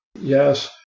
yes